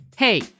Hey